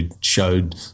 showed